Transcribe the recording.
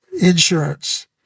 insurance